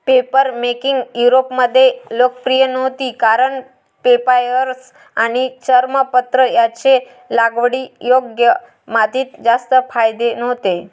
papermaking युरोपमध्ये लोकप्रिय नव्हती कारण पेपायरस आणि चर्मपत्र यांचे लागवडीयोग्य मातीत जास्त फायदे नव्हते